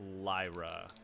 Lyra